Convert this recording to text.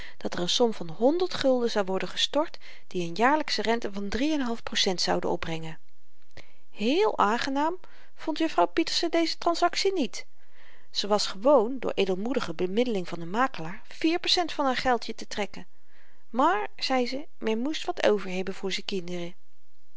dat er n som van honderd gulden zou worden gestort die n jaarlyksche rente van drie en n half procent zouden opbrengen héél aangenaam vond juffrouw pieterse deze transaktie niet ze was gewoon door edelmoedige bemiddeling van n makelaar vier percent van haar geldje te trekken maar zei ze men moest wat over hebben voor z'n kinderen